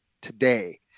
today